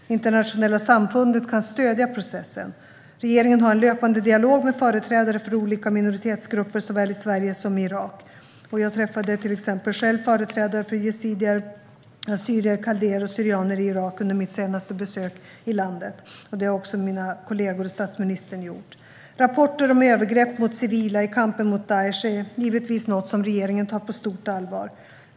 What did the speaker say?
Det internationella samfundet kan stödja processen. Regeringen har en löpande dialog med företrädare för olika minoritetsgrupper såväl i Sverige som i Irak. Jag träffade till exempel själv företrädare för yazidier, assyrier, kaldéer och syrianer i Irak under mitt senaste besök i landet. Det har också mina kollegor och statsministern gjort. Rapporter om övergrepp mot civila i kampen mot Daish är givetvis något som regeringen tar på stort allvar.